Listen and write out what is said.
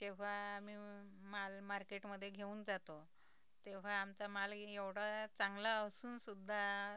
जेव्हा आ्ही माल मार्केटमध्ये घेऊन जातो तेव्हा आमचा माल एवढा चांगला असूनसुद्धा